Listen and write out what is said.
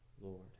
Lord